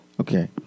Okay